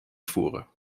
voeren